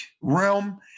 realm